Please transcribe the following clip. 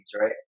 right